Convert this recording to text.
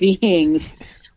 beings